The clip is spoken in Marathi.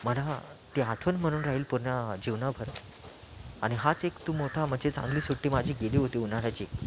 मला ती आठवण म्हणून राहील पूर्ण जीवनभर आणि हाच एक तो मोठा म्हणजे चांगली सुट्टी माझी गेली होती उन्हाळयाची